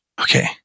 Okay